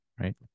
right